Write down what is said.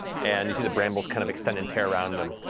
and you see the brambles kind of extend and tear around him.